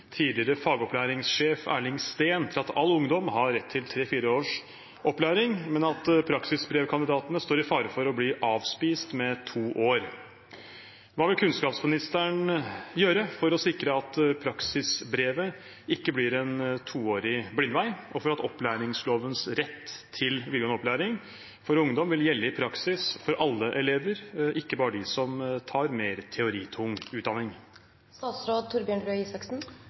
tidligere fagopplæringssjef Erling Steen til at all ungdom har rett til tre–fire års videregående opplæring, men at «praksisbrevkandidatene står i fare for å bli avspist med to år». Hva vil statsråden gjøre for å sikre at praksisbrevet ikke blir en toårig blindvei, og for at opplæringslovens rett til videregående opplæring for ungdom vil gjelde i praksis for alle elever, ikke bare elever som tar mer teoritung